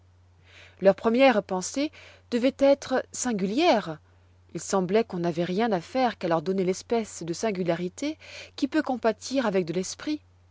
leurs premières pensées devoient être singulières il sembloit qu'on n'avoit rien à faire qu'à leur donner l'espèce de singularité qui peut compatir avec de l'esprit